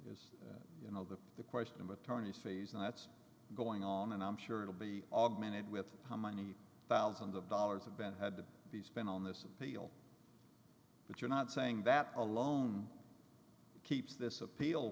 to you know that the question of attorney's fees and that's going on and i'm sure it'll be augmented with how many thousands of dollars have been had to be spent on this appeal but you're not saying that alone keeps this appeal